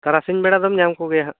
ᱛᱟᱨᱟᱥᱤᱧ ᱵᱮᱲᱟ ᱫᱚᱢ ᱧᱟᱢ ᱠᱚᱜᱮᱭᱟ ᱦᱟᱜ